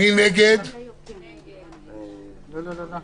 0 נגד 6 נמנעים - 1 לא אושר.